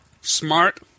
Smart